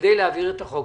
כדי להעביר את החוק.